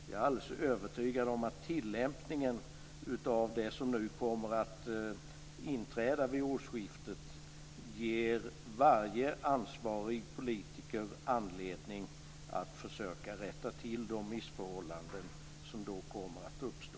Jag är alldeles övertygad om att tillämpningen av det som nu kommer att inträda vid årsskiftet ger varje ansvarig politiker anledning att försöka rätta till de missförhållanden som då kommer att uppstå.